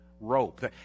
rope